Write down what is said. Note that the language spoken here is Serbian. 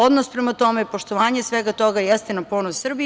Odnos prema tome, poštovanje svega toga jeste na ponos Srbiji.